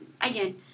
again